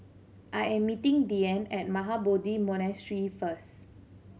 I am meeting Diann at Mahabodhi Monastery first